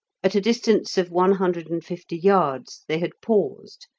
at a distance of one hundred and fifty yards they had paused,